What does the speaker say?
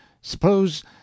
Suppose